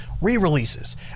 re-releases